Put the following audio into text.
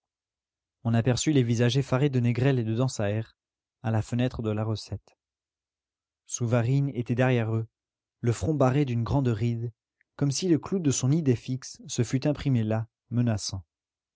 on aperçut les visages effarés de négrel et de dansaert à la fenêtre de la recette souvarine était derrière eux le front barré d'une grande ride comme si le clou de son idée fixe se fût imprimé là menaçant